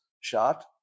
shot